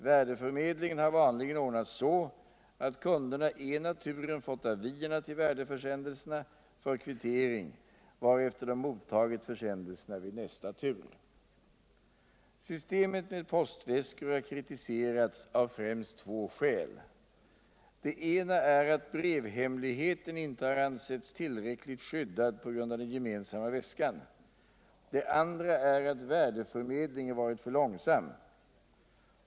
Värdeförmedlingen har vanligen ordnuts så att kunderna ena turen fått avierna till värdeförsändelserna för kvittering varefter de mottagit försändelserna vid nästa tur. | Systemet med postväskor har kritiserats av främst två skäl. Det ena är att brevhemligheten inte har ansetts ullräckligt skyddad på grund av den gemensamma väskan. Det andra är att värdetörmedlingen varit för långsam.